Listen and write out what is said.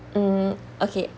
mm okay